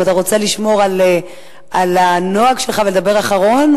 האם אתה רוצה לשמור על הנוהג שלך ולדבר אחרון,